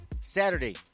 Saturday